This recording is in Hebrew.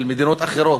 של מדינות אחרות,